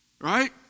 Right